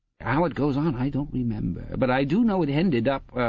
how it goes on i don't remember, but i do know it ended up,